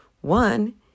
One